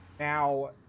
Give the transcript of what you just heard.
Now